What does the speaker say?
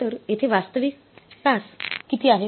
तर येथे वास्तविक तास किती आहेत